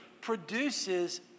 produces